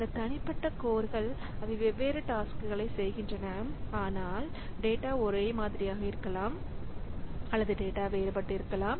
இந்த தனிப்பட்ட கோர்கள் அவை வெவ்வேறு டாஸ்க்களைச் செய்கின்றன ஆனால் டேட்டா ஒரே மாதிரியாக இருக்கலாம் அல்லது டேட்டா வேறுபட்டிருக்கலாம்